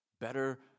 better